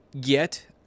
get